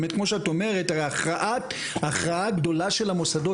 כמו שאת אומרת ההכרעה הגדולה של המוסדות,